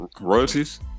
royalties